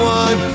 one